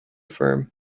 firm